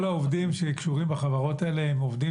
כל העובדים שקשורים בחברות האלה הם עובדים